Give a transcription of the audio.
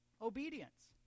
Obedience